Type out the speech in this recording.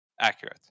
accurate